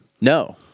No